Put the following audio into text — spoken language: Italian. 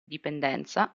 dipendenza